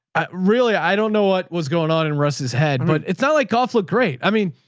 i really, i don't know what was going on in russ's head, but it's not like conflict. great. i mean,